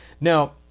Now